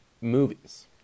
movies